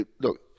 look